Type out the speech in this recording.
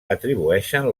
atribueixen